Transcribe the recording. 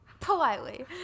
politely